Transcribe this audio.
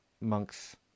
monks